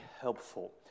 helpful